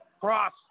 Cross